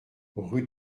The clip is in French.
rue